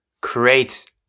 create